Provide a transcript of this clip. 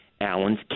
Allen's